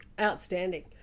Outstanding